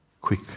quick